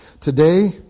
Today